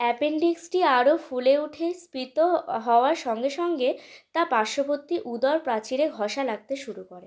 অ্যাপেনডিক্সটি আরও ফুলে উঠে স্ফীত হওয়ার সঙ্গে সঙ্গে তা পার্শ্ববর্তী উদর প্রাচীরে ঘষা লাগতে শুরু করে